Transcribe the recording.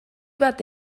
bat